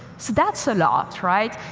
that's a lot, right?